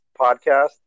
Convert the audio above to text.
podcast